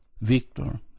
Victor